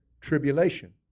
tribulation